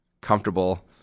comfortable